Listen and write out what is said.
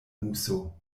muso